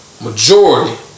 Majority